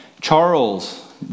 Charles